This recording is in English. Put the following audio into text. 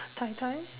tai tai